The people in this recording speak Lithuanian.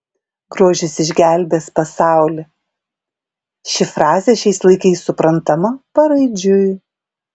grožis išgelbės pasaulį ši frazė šiais laikais suprantama paraidžiui